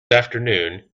afternoon